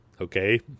okay